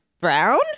brown